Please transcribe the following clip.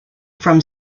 from